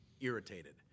irritated